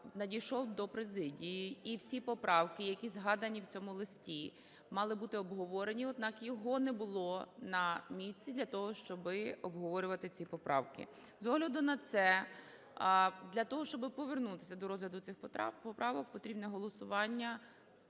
надійшов до президії, і всі поправки, які згадані в цьому листі, мали бути оговорені. Однак його не було на місці для того, щоби обговорювати ці поправки. З огляду на це, для того, щоб повернутися до розгляду цих поправок, потрібне голосування